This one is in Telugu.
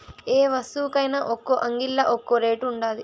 యే వస్తువుకైన ఒక్కో అంగిల్లా ఒక్కో రేటు ఉండాది